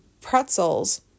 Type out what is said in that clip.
pretzels